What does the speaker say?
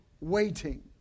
Waiting